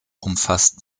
umfasst